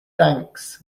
thanks